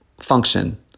function